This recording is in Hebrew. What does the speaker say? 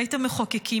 בית המחוקקים,